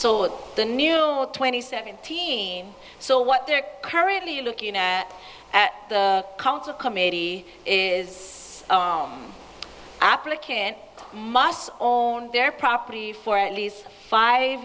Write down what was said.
with the new twenty seventeen so what they're currently looking at the counter committee is applicant must own their property for at least five